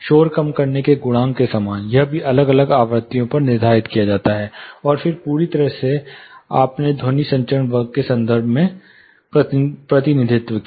शोर कम करने के गुणांक के समान यह भी अलग अलग आवृत्तियों पर निर्धारित किया जाता है और फिर पूरी तरह से आपने ध्वनि संचरण वर्ग के संदर्भ में प्रतिनिधित्व किया